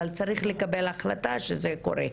אבל צריך לקבל החלטה שזה קורה.